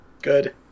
good